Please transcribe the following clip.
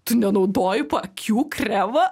tu nenaudoji paakių kremą